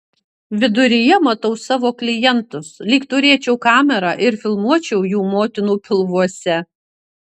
viduryje matau savo klientus lyg turėčiau kamerą ir filmuočiau jų motinų pilvuose